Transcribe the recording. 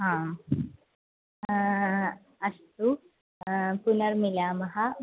हा अस्तु पुनर्मिलामः